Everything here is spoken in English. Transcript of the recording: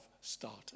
started